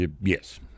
Yes